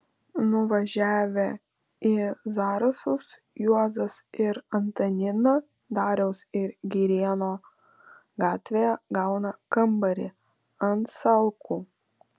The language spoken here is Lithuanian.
nuvažiavę į zarasus juozas ir antanina dariaus ir girėno gatvėje gauna kambarį ant salkų